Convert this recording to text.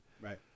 Right